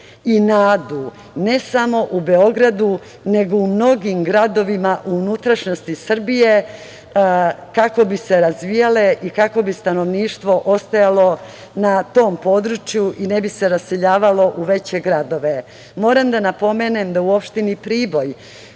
i nadu, ne samo u Beogradu, nego u mnogim gradovima u unutrašnjosti Srbije, kako bi se razvijale i kako bi stanovništvo ostajalo na tom području i ne bi se raseljavalo u veće gradove. Moram da napomenem da u opštini Priboj,